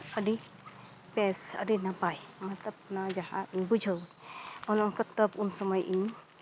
ᱟᱹᱰᱤ ᱵᱮᱥ ᱟᱹᱰᱤ ᱱᱟᱯᱟᱭ ᱢᱚᱛᱞᱚᱵᱽ ᱚᱱᱟ ᱡᱟᱦᱟᱸ ᱤᱧ ᱵᱩᱡᱷᱟᱹᱣ ᱚᱱᱟ ᱚᱱᱠᱟ ᱫᱮ ᱩᱱ ᱥᱚᱢᱚᱭ ᱤᱧ